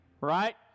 right